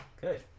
Good